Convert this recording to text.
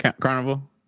Carnival